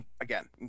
Again